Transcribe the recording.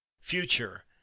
future